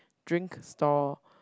drink stall